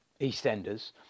EastEnders